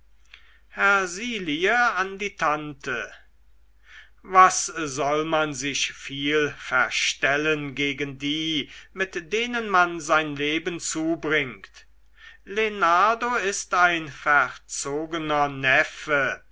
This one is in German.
die tante was soll man sich viel verstellen gegen die mit denen man sein leben zubringt lenardo ist ein verzogener neffe